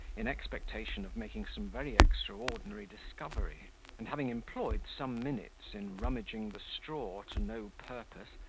in expectation of making some very extraordinary discovery and having employed some minutes in rummaging the straw to no purpose,